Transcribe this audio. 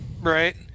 right